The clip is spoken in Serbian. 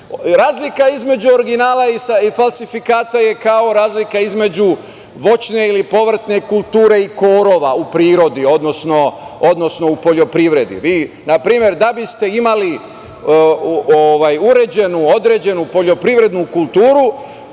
podršku. Razlika između originala i falsifikata je kao razlika između voćne ili povrtne kulture i korova u prirodi, odnosno u poljoprivredi. Na primer, da biste imali uređenu određenu poljoprivrednu kulturu,